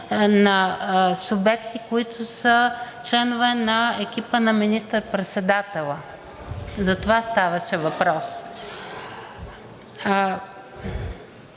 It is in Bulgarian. на субекти, които са членове на екипа на министър-председателя – за това ставаше въпрос.